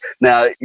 Now